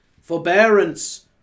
forbearance